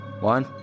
One